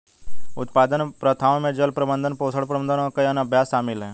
उत्पादन प्रथाओं में जल प्रबंधन, पोषण प्रबंधन और कई अन्य अभ्यास शामिल हैं